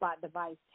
device